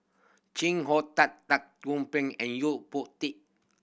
Chee Hong Tat and Yo Po Tee